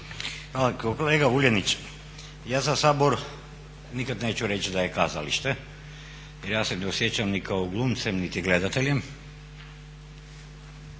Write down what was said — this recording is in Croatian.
Hvala. Kolega Vuljanić, ja za Sabor nikad neću reći da je kazalište jer ja se ne osjećam ni kao glumcem, niti gledateljem